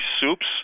soups